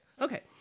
Okay